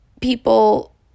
people